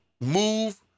move